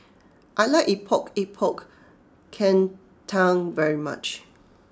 I like Epok Epok Kentang very much